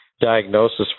diagnosis